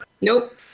Nope